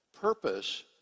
purpose